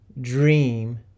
dream